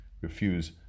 Refuse